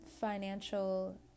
financial